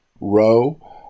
row